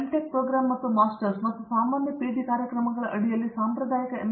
tech program ಮತ್ತು masters ಮತ್ತು ಸಾಮಾನ್ಯ ಪಿಹೆಚ್ಡಿ ಕಾರ್ಯಕ್ರಮಗಳ ಅಡಿಯಲ್ಲಿ ಸಾಂಪ್ರದಾಯಿಕ ಎಮ್